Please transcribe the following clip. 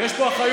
ויש פה אחריות,